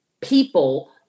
people